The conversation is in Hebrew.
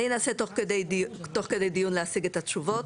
אני אנסה תוך כדי דיון להשיג את התשובות.